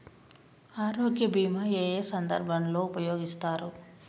ఆరోగ్య బీమా ఏ ఏ సందర్భంలో ఉపయోగిస్తారు?